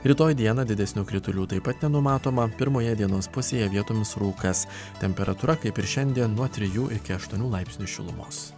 rytoj dieną didesnių kritulių taip pat nenumatoma pirmoje dienos pusėje vietomis rūkas temperatūra kaip ir šiandien nuo trijų iki aštuonių laipsnių šilumos